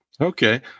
Okay